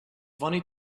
funny